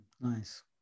Nice